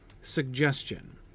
suggestion